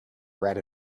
red